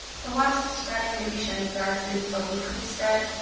the last spread i'm gonna be showing you guys is a weekly spread.